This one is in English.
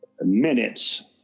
minutes